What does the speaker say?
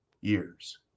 years